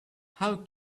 how